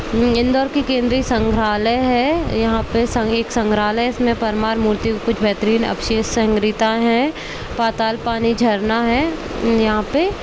इंदौर की केंद्रीय संग्रहालय है यहाँ पे एक संग्रहालय है इसमें परमार मूर्तियों के कुछ बेहतरीन अवशेष संग्रहीता है पाताल पानी झरना है यहाँ पे